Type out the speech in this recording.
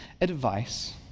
advice